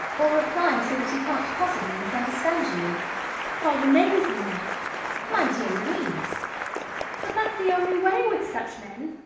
or reply so that he can't possibly misunderstand you call him names, you mean my dear louise but that's the only way with such men.